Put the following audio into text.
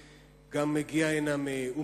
גם אני מגיע לכאן מאום-אל-פחם.